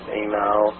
email